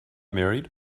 married